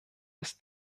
ist